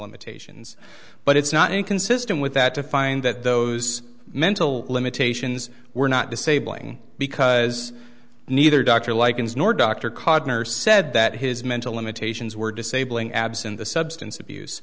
limitations but it's not inconsistent with that to find that those mental limitations were not disabling because neither dr lichens nor dr codner said that his mental limitations were disabling absent the substance abuse